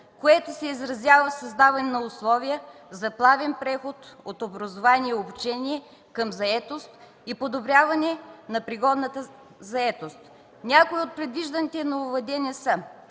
което се изразява в създаване на условия за плавен преход от образование и обучение към заетост и подобряване на пригодността за заетост. Някои от предвижданите нововъведения са: